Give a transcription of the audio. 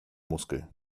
muskel